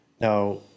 Now